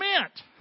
meant